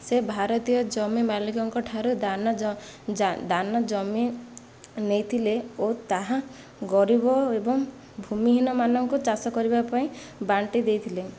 ସେ ଭାରତୀୟ ଜମି ମାଲିକ ମାନଙ୍କଠାରୁ ଦାନ ଦାନ ଜମି ନେଇଥିଲେ ଓ ତାହା ଗରିବ ଏବଂ ଭୂମିହୀନମାନଙ୍କୁ ଚାଷ କରିବା ପାଇଁ ବାଣ୍ଟି ଦେଇଥିଲେ